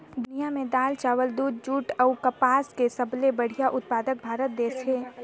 दुनिया में दाल, चावल, दूध, जूट अऊ कपास के सबले बड़ा उत्पादक भारत देश हे